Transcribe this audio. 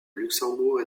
luxembourg